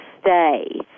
stay